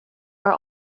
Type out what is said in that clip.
are